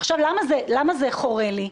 עכשיו, למה זה חורה לי?